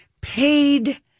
paid